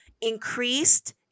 increased